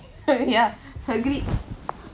ya agree